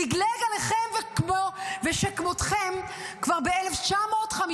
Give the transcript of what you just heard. לגלג עליכם ושכמותכם כבר ב-1952.